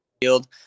field